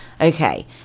Okay